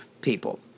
people